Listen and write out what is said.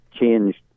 changed